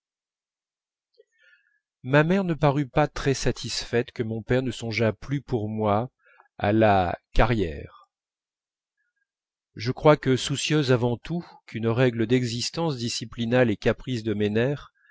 ma mère ne parut pas très satisfaite que mon père ne songeât plus pour moi à la carrière je crois que soucieuse avant tout qu'une règle d'existence disciplinât les caprices de mes